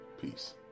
Peace